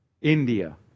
India